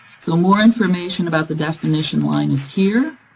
so more information about the definition line is here,